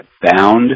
bound